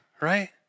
right